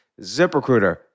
ZipRecruiter